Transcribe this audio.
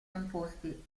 imposti